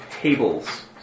tables